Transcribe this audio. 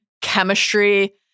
chemistry